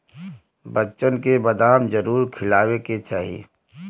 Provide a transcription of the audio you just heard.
बच्चन के बदाम जरूर खियावे के चाही